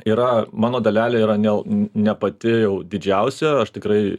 yra mano dalelė yra ne ne pati jau didžiausia aš tikrai